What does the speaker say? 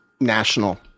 national